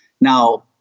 Now